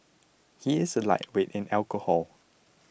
he is a lightweight in alcohol